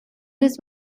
these